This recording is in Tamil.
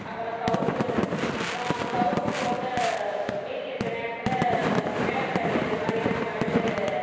அப்புறம் சவுக்கு அப்புறம் சவுக்கு போட்டு மீதி இருக்க நேரத்தில் நிலக்கடலை இது மாதிரியான பல்வேறு